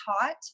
taught